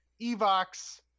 Evox